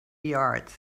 yards